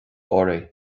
oraibh